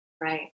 right